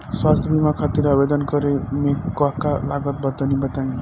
स्वास्थ्य बीमा खातिर आवेदन करे मे का का लागत बा तनि बताई?